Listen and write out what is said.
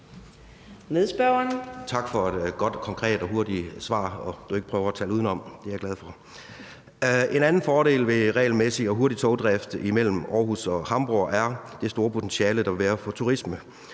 En anden fordel ved regelmæssig og hurtig togdrift imellem Aarhus og Hamborg er det store potentiale, der vil være for turisme.